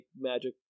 magic